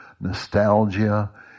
nostalgia